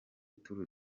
tour